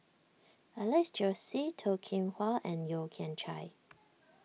Alex Josey Toh Kim Hwa and Yeo Kian Chye